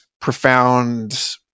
profound